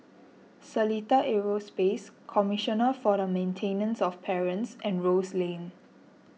Seletar Aerospace Commissioner for the Maintenance of Parents and Rose Lane